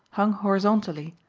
hung horizontally,